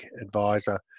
advisor